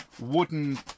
wooden